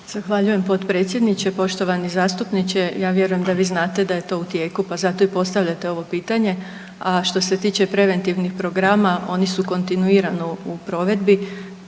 Zahvaljujem, potpredsjedniče. Poštovani zastupniče, ja vjerujem da vi znate da je to u tijeku pa zato i postavljate ovo pitanje, a što se tiče preventivnih programa, oni su kontinuirano u provedbi